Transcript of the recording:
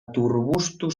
turbustu